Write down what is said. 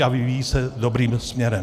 A vyvíjí se dobrým směrem.